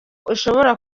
ushobora